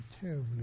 terribly